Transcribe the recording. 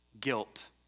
guilt